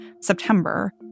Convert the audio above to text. September